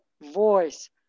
voice